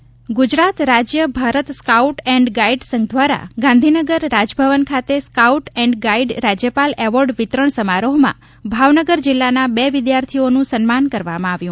scout Gujarat રાજ્ય Bharat scout and guide સંઘ દ્વારા ગાંધીનગર રાજભવન ખાતે સ્કાઉટ એન્ડ ગાઇડ રાજ્યપાલ એવોર્ડ વિતરણ સમારોહમાં ભાવનગર જિલ્લાના બે વિદ્યાર્થીઓનું સન્માન કરવામાં આવ્યું